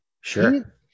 sure